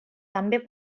també